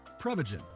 Prevagen